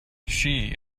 she